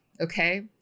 Okay